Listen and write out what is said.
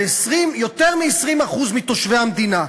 זה יותר מ-20% מתושבי המדינה.